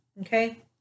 Okay